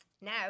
Now